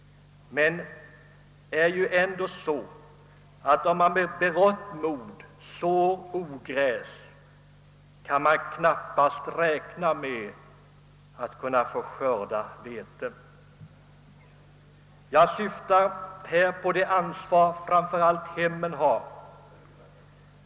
Det är ändå så, att om man sår ogräs kan man knappast räkna med att skörda vete. Jag syftar på det ansvar som framför allt hemmen har.